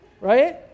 right